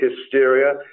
hysteria